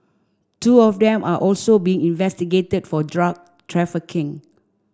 two of them are also being investigated for drug trafficking